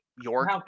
York